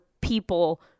people